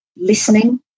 listening